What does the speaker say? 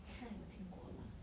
好像有听过 lah